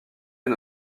end